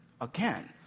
again